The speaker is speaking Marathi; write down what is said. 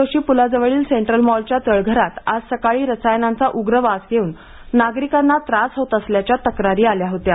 जोशी प्लाजवळील सेंट्रल मॉलच्या तळघरात आज सकाळी रसायनांचा उग्र वास येऊन नागरिकांना त्रास होत असल्याच्या तक्रारी आल्या होत्या